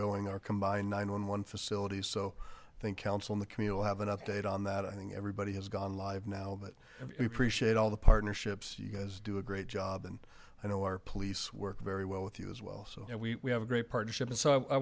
going are combined nine one one facilities so i think counsel in the communal have an update on that i think everybody has gone live now that we appreciate all the partnerships you guys do a great job and i know our police work very well with you as well so we have a great partnership and so i